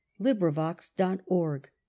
LibriVox.org